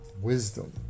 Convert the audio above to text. wisdom